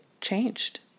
changed